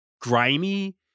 grimy